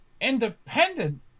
independent